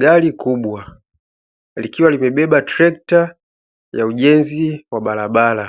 Gari kubwa likiwa limebeba trekta la ujenzi wa barabara,